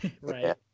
Right